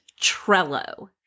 Trello